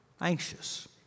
anxious